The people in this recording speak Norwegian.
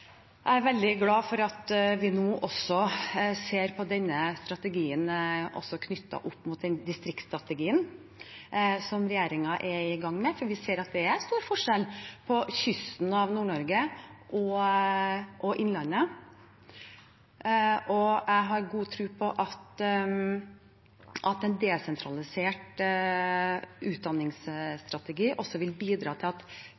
er veldig glad for at vi nå ser på denne strategien også knyttet opp mot den distriktsstrategien som regjeringen er i gang med, for vi ser at det er stor forskjell på kysten av Nord-Norge og innlandet. Jeg har god tro på at en desentralisert utdanningsstrategi også vil bidra til at